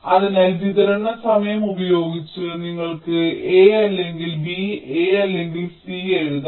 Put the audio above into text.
അതിനാൽ വിതരണ നിയമം ഉപയോഗിച്ച് നിങ്ങൾക്ക് a അല്ലെങ്കിൽ b a അല്ലെങ്കിൽ c എഴുതാം